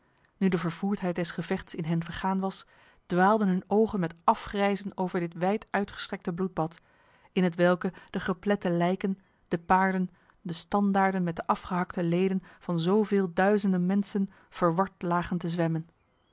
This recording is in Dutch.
nu de vervoerdheid des gevechts in hen vergaan was dwaalden hun ogen met afgrijzen over dit wijduitgestrekte bloedbad in hetwelke de geplette lijken de paarden de standaarden met de afgehakte leden van zoveel duizenden mensen verward lagen te zwemmen